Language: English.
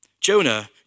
Jonah